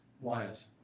wires